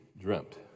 dreamt